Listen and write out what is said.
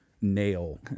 nail